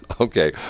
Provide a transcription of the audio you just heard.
okay